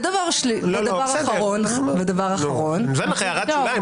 ודבר אחרון --- נתתי לך הערת שוליים,